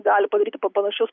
gali padaryti pa panašius